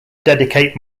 dedicate